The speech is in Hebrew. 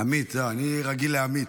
אני רגיל לעמית.